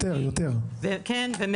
אז אנחנו